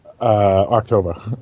October